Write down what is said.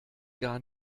gar